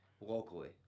locally